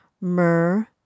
myrrh